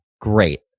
Great